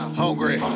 hungry